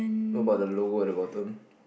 what about the lower the bottom